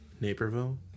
Naperville